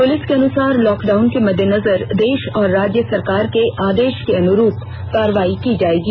police के अनुसार lockdown के मद्देनजर देश और राज्य सरकार के आदेश के अनुरूप कार्रवाई की जाएगी